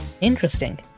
Interesting